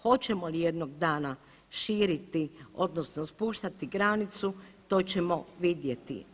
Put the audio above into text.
Hoćemo li jednog dana širiti odnosno spuštati granicu to ćemo vidjeti.